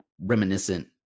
reminiscent